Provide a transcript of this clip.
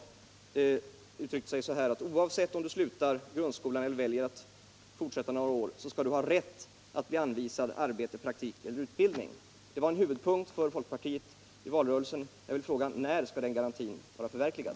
Han uttryckte sig så här: Oavsett om de slutar grundskolan eller väljer att fortsätta att studera några år skall de ha rätt att bli anvisade arbete, praktik eller utbildning. Det var en huvudpunkt i valrörelsen. Jag vill fråga: När skall den garantin vara förverkligad?